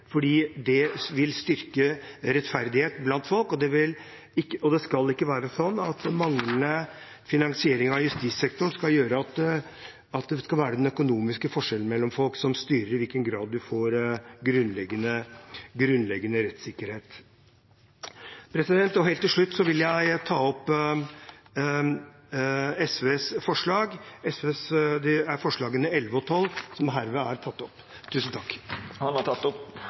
fordi det vil styrke rettferdigheten blant folk, og det skal ikke være sånn at manglende finansiering av justissektoren skal gjøre at det skal være de økonomiske forskjellene mellom folk som styrer i hvilken grad man får grunnleggende rettssikkerhet. Helt til slutt vil jeg ta opp SVs forslag, nr. 11 og 12. Representanten Petter Eide har teke opp dei forslaga han refererte til. Justispolitikken er ryggraden i en moderne rettsstat, og oppklaring av forbrytelser er